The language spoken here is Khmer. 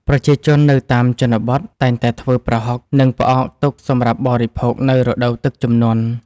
ប្រជាជននៅតាមជនបទតែងតែធ្វើប្រហុក និងផ្អកទុកសម្រាប់បរិភោគនៅរដូវទឹកជំនន់។